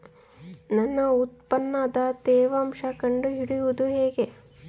ನನ್ನ ಉತ್ಪನ್ನದ ತೇವಾಂಶ ಕಂಡು ಹಿಡಿಯುವುದು ಹೇಗೆ?